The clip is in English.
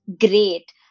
great